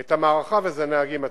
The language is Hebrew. את המערכה, וזה הנהגים עצמם.